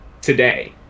today